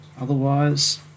otherwise